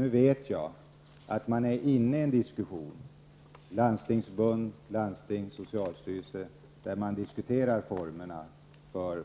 Nu vet jag att det förs en diskussion mellan Landstingsförbundet, landstingen och socialstyrelsen om formerna för